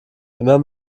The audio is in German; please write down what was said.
immer